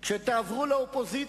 דעת מוצקות ויותר מחוות דעת אחת.